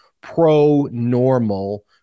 pro-normal